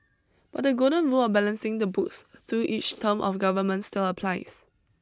but the golden rule of balancing the books through each term of government still applies